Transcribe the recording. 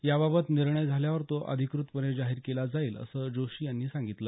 याबाबत निर्णय झाल्यावर तो अधिकृतपणे जाहीर केला जाईल असं जोशी यांनी सांगितलं